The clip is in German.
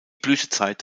blütezeit